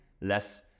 less